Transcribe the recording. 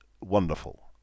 wonderful